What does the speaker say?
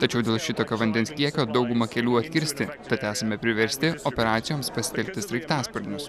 tačiau dėl šitokio vandens kiekio dauguma kelių atkirsti tad esame priversti operacijoms pasitelkti sraigtasparnius